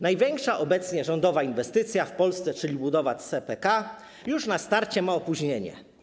Największa obecnie rządowa inwestycja w Polsce, czyli budowa CPK, już na starcie ma opóźnienie.